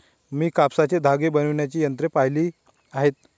मी कापसाचे धागे बनवण्याची यंत्रे पाहिली आहेत